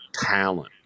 talent